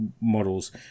models